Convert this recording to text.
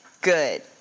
Good